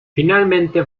finalmente